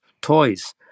toys